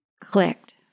clicked